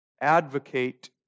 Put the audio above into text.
advocate